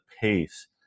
pace